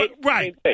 right